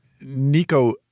Nico